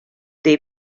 dei